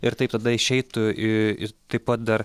ir taip tada išeitų ir taip pat dar